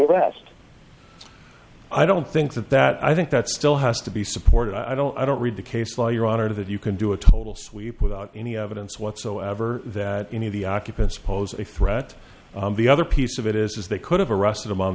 arrest i don't think that that i think that still has to be supported i don't i don't read the case law your honor that you can do a total sweep without any evidence whatsoever that any of the occupants pose a threat the other piece of it is they could have arrested him on